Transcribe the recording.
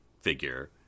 figure